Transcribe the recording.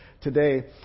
today